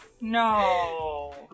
No